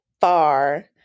far